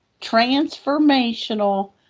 Transformational